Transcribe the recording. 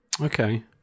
Okay